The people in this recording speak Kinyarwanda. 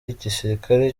igisirikare